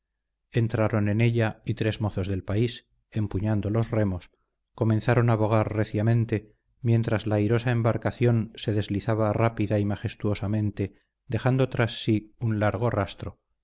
entraron en ella y tres mozos del país empuñando los remos comenzaron a bogar reciamente mientras la airosa embarcación se deslizaba rápida y majestuosamente dejando tras sí un largo rastro